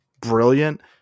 brilliant